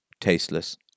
tasteless